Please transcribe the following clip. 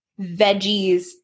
veggies